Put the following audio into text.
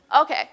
Okay